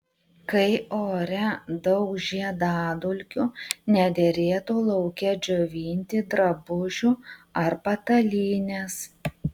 kai ore daug žiedadulkių nederėtų lauke džiovinti drabužių ar patalynės